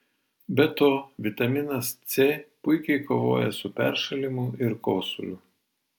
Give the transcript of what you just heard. be to vitaminas c puikiai kovoja su peršalimu ir kosuliu